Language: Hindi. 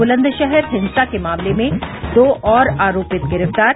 बुलन्दशहर हिंसा के मामले में दो और आरोपित गिरफ्तार